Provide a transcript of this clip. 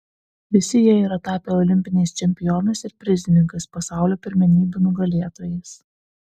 visi jie yra tapę olimpiniais čempionais ir prizininkais pasaulio pirmenybių nugalėtojais